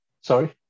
sorry